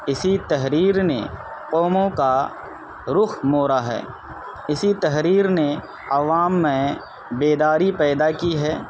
اسی تحریر نے قوموں کا رخ موڑا ہے اسی تحریر نے عوام میں بیداری پیدا کی ہے